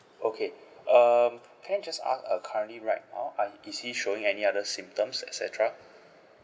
okay um can I just ask uh currently right now uh is he showing any other symptoms et cetera